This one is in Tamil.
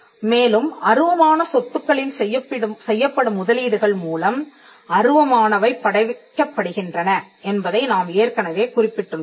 மேலும் அருவமான சொத்துக்களில் செய்யப்படும் முதலீடுகள் மூலம் அருவமானவை படைக்கப்படுகின்றன என்பதை நாம் ஏற்கனவே குறிப்பிட்டுள்ளோம்